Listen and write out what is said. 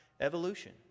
evolution